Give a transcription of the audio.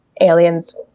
aliens